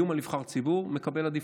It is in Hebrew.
איום על נבחר ציבור מקבל עדיפות,